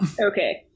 Okay